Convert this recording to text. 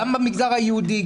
גם במגזר היהודי,